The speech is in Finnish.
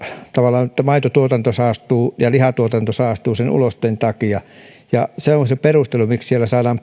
tavallaan sen että maitotuotanto saastuu ja lihatuotanto saastuu ulosteen takia se on se perustelu miksi siellä saadaan